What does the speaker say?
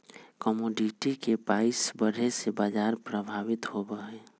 commodity के price बढ़े से बाजार प्रभावित होबा हई